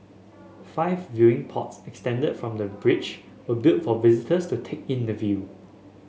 five viewing pods extended from the bridge were built for visitors to take in the view